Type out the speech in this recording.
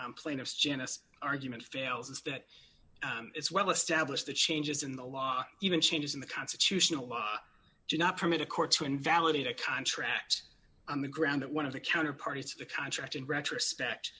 why plaintiffs janice argument fails it's that it's well established that changes in the law even changes in the constitutional law do not permit court to invalidate a contract on the ground one of the counter parties to the contract in retrospect